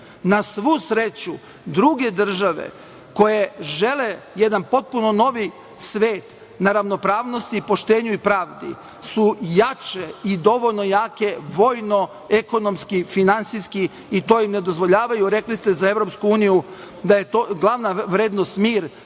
Na svu sreću, druge države koje žele jedan potpuno novi svet, na ravnopravnosti, poštenju i pravdi, jače su i dovoljno jake vojno, ekonomski, finansijski i to im ne dozvoljavaju. Rekli ste za EU, da je glavna vrednost mir.